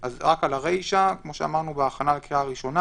על הרישא, כמו שאמרנו בקריאה ראשונה